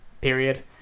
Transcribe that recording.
period